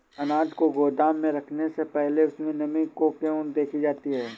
अनाज को गोदाम में रखने से पहले उसमें नमी को क्यो देखी जाती है?